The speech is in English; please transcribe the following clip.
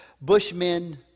bushmen